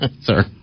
sir